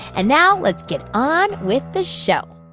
and now let's get on with the show